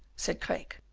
said craeke,